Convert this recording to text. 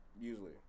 usually